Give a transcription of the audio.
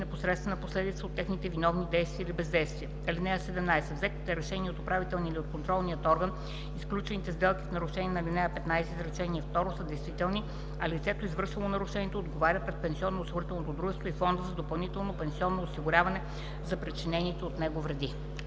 непосредствена последица от техните виновни действия или бездействия. (17) Взетите решения от управителния и от контролния орган и сключените сделки в нарушение на ал. 15, изречение второ са действителни, а лицето, извършило нарушението, отговаря пред пенсионноосигурителното дружество и фонда за допълнително пенсионно осигуряване за причинените вреди.”